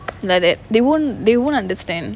like that they won't they won't understand